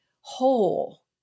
whole